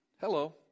Hello